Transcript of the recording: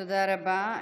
תודה רבה.